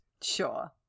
Sure